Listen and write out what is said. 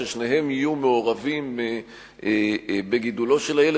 ששניהם יהיו מעורבים בגידולו של הילד.